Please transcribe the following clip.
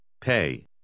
Pay